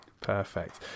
Perfect